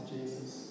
Jesus